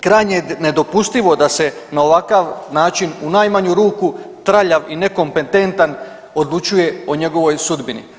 Krajnje je nedopustivo da se na ovakav način, u najmanju ruku, traljav i nekompetentan, odlučuje o njegovoj sudbini.